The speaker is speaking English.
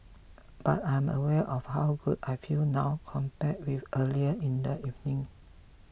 but I am aware of how good I feel now compared with earlier in the evening